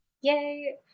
Yay